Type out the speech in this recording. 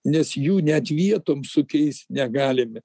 nes jų net vietom sukeist negalime